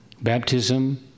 Baptism